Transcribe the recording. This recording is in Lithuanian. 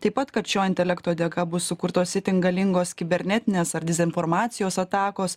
taip pat kad šio intelekto dėka bus sukurtos itin galingos kibernetinės ar dezinformacijos atakos